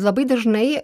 labai dažnai